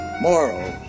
Moral